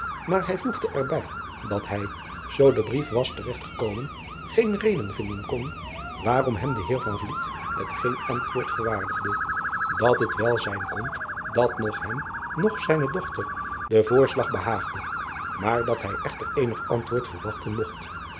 maar hij voegde er bij dat hij zoo de brief was te regt gekomen geen reden vinden kon waarom hem de eer met geen antwoord verwaardigde dat het wel zijn kon dat noch hem noch zijne dochter de voorslag behaagde maar dat hij echter eenig antwoord verwachten mogt